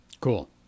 Cool